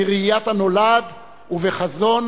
בראיית הנולד ובחזון